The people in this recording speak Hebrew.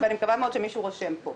ואני מקווה מאוד שמישהו רושם פה.